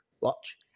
watch